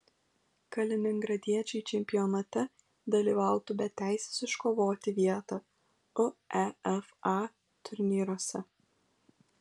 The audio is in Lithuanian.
kaliningradiečiai čempionate dalyvautų be teisės iškovoti vietą uefa turnyruose